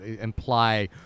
imply